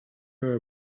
her